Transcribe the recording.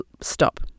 stop